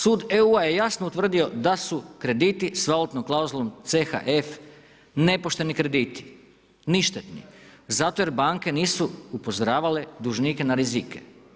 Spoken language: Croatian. Sud EU-a je jasno utvrdio da su krediti sa valutnom klauzulom CHF nepošteni krediti, ništetni zato jer banke nisu upozoravale dužnike na rizike.